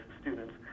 students